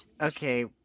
Okay